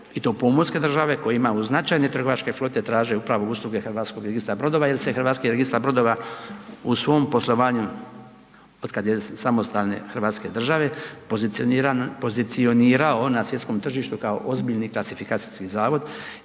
i to pomorske države, koje imaju značajne trgovačke flote, traže upravo usluge HRB-a jer se HRB u svom poslovanju otkad je samostalne hrvatske države pozicionirao na svjetskom tržištu kao ozbiljni klasifikacijski zavod